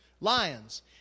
lions